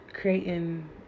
creating